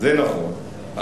זה נכון.